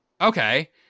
okay